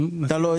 אתה לא יודע.